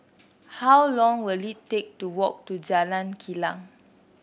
how long will it take to walk to Jalan Kilang